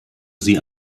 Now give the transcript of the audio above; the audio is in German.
sie